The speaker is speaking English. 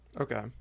Okay